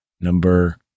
number